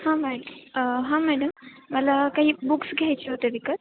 हा मॅडम हां मॅडम मला काही बुक्स घ्यायचे होते विकत